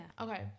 Okay